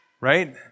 right